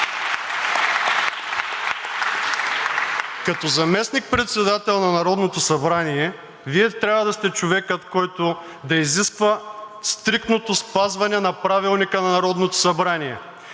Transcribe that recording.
Като заместник-председател на Народното събрание, Вие трябва да сте човекът, който да изисква стриктното спазване на Правилника на Народното събрание.